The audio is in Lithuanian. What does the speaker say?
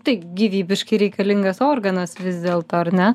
tai gyvybiškai reikalingas organas vis dėlto ar ne